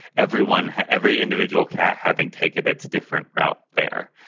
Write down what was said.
everyone, every individual cat having take it. it's different out there.